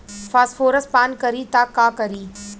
Phosphorus पान करी त का करी?